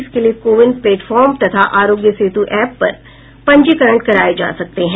इसके लिए CoWIN platform तथा आरोग्य सेतु एप पर पंजीकरण कराये जा सकते हैं